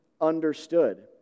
understood